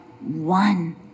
one